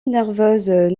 nerveuses